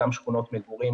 גם שכונות מגורים